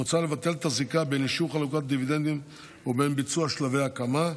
מוצע לבטל את הזיקה בין אישור חלוקת דיבידנדים ובין ביצוע שלבי ההקמה.